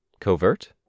Covert